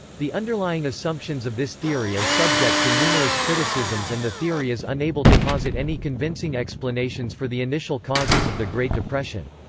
the underlying assumptions of this theory are subject to numerous criticisms and the theory is unable to posit any convincing explanations for the initial causes of the great depression.